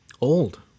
old